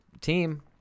team